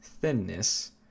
Thinness